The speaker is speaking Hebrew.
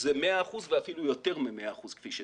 זה 100 אחוזים ואפילו יותר מ-100 אחוזים כפי שנראה.